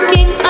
King